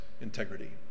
integrity